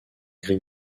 gris